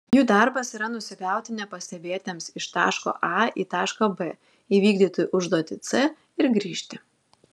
jų darbas yra nusigauti nepastebėtiems iš taško a į tašką b įvykdyti užduotį c ir grįžti